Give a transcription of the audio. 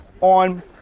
on